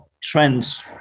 trends